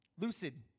Lucid